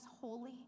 holy